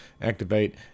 activate